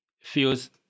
feels